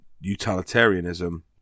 utilitarianism